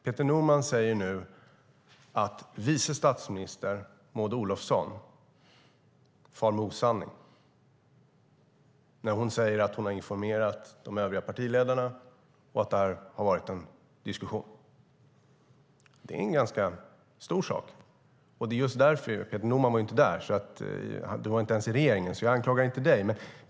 Peter Norman säger nu att vice statsminister Maud Olofsson far med osanning när hon säger att hon informerat de övriga partiledarna och att det varit en diskussion. Det är en ganska stor sak. Peter Norman satt inte i regeringen då, så jag anklagar inte honom.